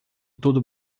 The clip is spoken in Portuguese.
tudo